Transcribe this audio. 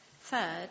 third